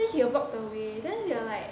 then he will block the way then you are like